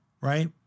right